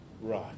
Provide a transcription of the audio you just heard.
Right